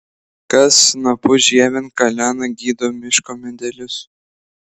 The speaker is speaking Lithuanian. kas snapu žievėn kalena gydo miško medelius